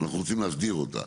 אנחנו רוצים להסדיר אותה.